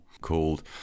called